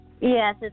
yes